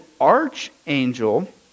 archangel